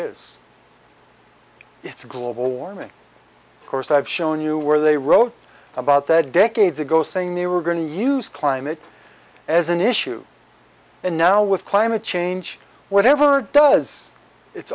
a global warming course i've shown you where they wrote about their decades ago saying they were going to use climate as an issue and now with climate change whatever does it's